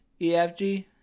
EFG